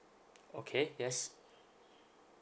okay yes